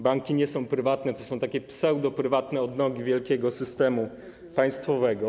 Banki nie są prywatne, to są pseudoprywatne odnogi wielkiego systemu państwowego.